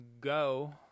go